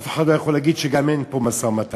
אף אחד לא יכול להגיד שאין פה משא-ומתן,